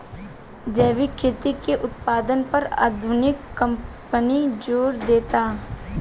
जैविक खेती के उत्पादन पर आधुनिक कंपनी जोर देतिया